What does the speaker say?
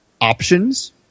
options